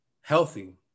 healthy